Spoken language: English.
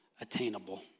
attainable